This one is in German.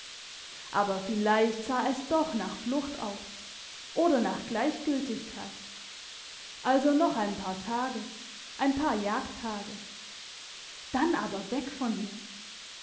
aber vielleicht sah es doch nach flucht aus oder nach gleichgültigkeit also noch ein paar tage ein paar jagdtage dann aber weg von hier